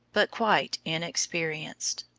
but quite inexperienced.